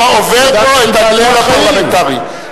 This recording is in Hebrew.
את הגבול הפרלמנטרי.